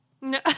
No